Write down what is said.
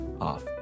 off